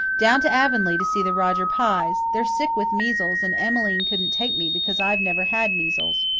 down to avonlea to see the roger pyes. they're sick with measles, and emmeline couldn't take me because i've never had measles.